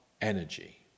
energy